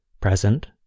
present